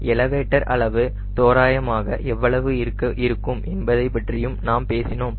elevator அளவு தோராயமாக எவ்வளவு இருக்கும் என்பதைப் பற்றியும் நாம் பேசினோம்